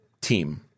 team